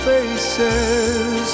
Faces